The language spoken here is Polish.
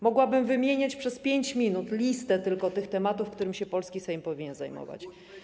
Mogłabym wymieniać przez 5 minut listę tylko tych tematów, którymi się polski Sejm powinien zajmować.